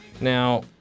Now